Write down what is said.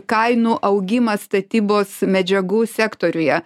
kainų augimą statybos medžiagų sektoriuje